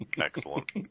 Excellent